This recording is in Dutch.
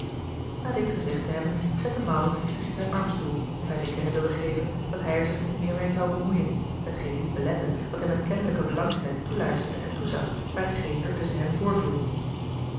na dit gezegd te hebben zette maurits zich in zijn armstoel of hij te kennen wilde geven dat hij er zich niet meer meê zou bemoeien hetgeen niet belette dat hij met kennelijke belangstelling toeluisterde en toezag bij t geen er tusschen hen voorviel